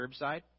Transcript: curbside